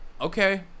Okay